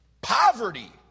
Poverty